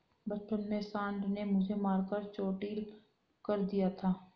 बचपन में सांड ने मुझे मारकर चोटील कर दिया था